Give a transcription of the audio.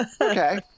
Okay